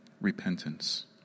repentance